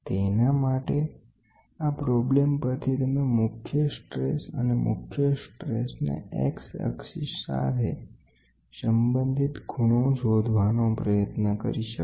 તેના માટે આ પ્રોબ્લેમ પરથી તમે મુખ્ય સ્ટ્રેસ અને મુખ્ય સ્ટ્રેસને x અક્ષ સાથે સંબંધિત ખુણો શોધવાનો પ્રયત્ન કરી શકો